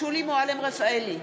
שולי מועלם-רפאלי,